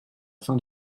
fin